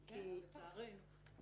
כן, לצערנו.